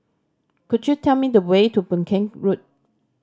could you tell me the way to Boon Keng Road